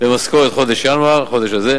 במשכורת חודש ינואר, החודש הזה.